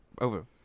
Over